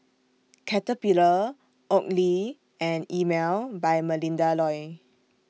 Caterpillar Oakley and Emel By Melinda Looi